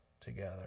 together